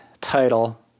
title